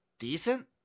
Decent